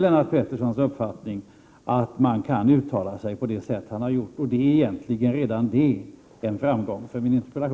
Lennart Petterssons uppfattning och att man alltså inte kan uttala sig på det sätt som Lennart Pettersson har gjort. Redan det är egentligen en framgång för min interpellation.